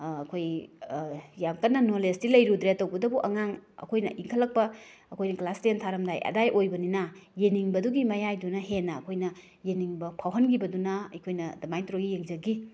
ꯑꯩꯈꯣꯏ ꯌꯥꯝ ꯀꯟꯅ ꯅꯣꯂꯦꯖꯇꯤ ꯂꯩꯔꯨꯗ꯭ꯔꯦ ꯇꯧꯕꯇꯕꯨ ꯑꯉꯥꯡ ꯑꯩꯈꯣꯏꯅ ꯏꯟꯈꯠꯂꯛꯄ ꯑꯩꯈꯣꯏꯅ ꯀ꯭ꯂꯥꯁ ꯇꯦꯟ ꯊꯥꯔꯝꯗꯥꯏ ꯑꯗꯨꯋꯥꯏ ꯑꯣꯏꯕꯅꯤꯅ ꯌꯦꯡꯅꯤꯡꯕꯗꯨꯒꯤ ꯃꯌꯥꯏꯗꯨꯅ ꯍꯦꯟꯅ ꯑꯩꯈꯣꯏꯅ ꯌꯦꯡꯅꯤꯡꯕ ꯐꯥꯎꯍꯟꯈꯤꯕꯗꯨꯅ ꯑꯩꯈꯣꯏꯅ ꯑꯗꯨꯃꯥꯏ ꯇꯧꯔꯒ ꯌꯦꯡꯖꯈꯤ